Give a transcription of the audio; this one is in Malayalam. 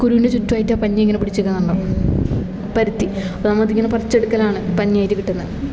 കുരുവിൻ്റെ ചുറ്റുവായിട്ട് ആ പഞ്ഞി ഇങ്ങനെ പിടിച്ച് നിക്കണത് കാണണം പരുത്തി അപ്പം നമ്മതിങ്ങനെ പറിച്ചെടുക്കലാണ് പഞ്ഞിയായിട്ട് കിട്ടുന്നേ